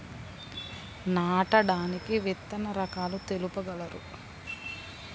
నాటడానికి విత్తన రకాలు తెలుపగలరు?